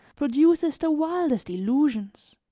produces the wildest illusions.